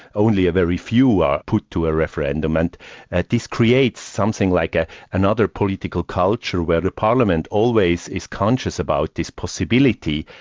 only a very few are put to a referendum, and this creates something like ah another political culture where the parliament always is conscious about this possibility,